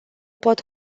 pot